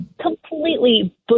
completely